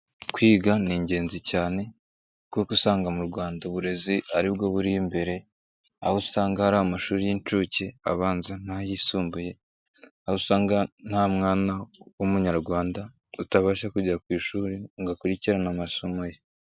Kwiga ni ingenzi cyane kuko usanga mu Rwanda uburezi ari bwo buri imbere, aho usanga hari amashuri y'inshuke, abanza n'ayisumbuye, aho usanga nta mwana w'Umunyarwanda utabasha kujya ku ishuri ngo akurikirane amasomo ye.